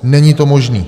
Není to možné!